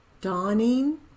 dawning